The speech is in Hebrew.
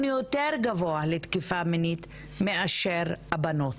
יותר גבוה לתקיפה מינית בהשוואה לבנות.